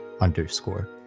underscore